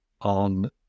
on